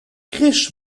chris